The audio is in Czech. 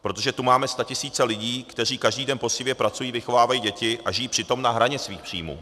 Nepřiplatí, protože tu máme statisíce lidí, kteří každý den poctivě pracují, vychovávají děti a žijí přitom na hraně svých příjmů.